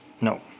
No